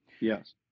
Yes